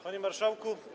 Panie Marszałku!